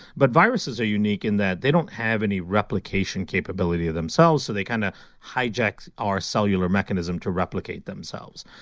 but viruses are unique in that they don't have any replication capability of themselves, so they kind of hijacked our cellular mechanism to replicate themselves.